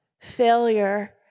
failure